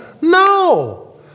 No